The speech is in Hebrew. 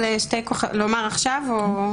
אבל לומר עכשיו או?